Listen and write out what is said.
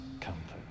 comfort